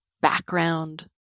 background